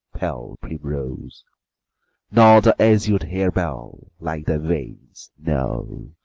pale primrose nor the azur'd hare-bell, like thy veins no,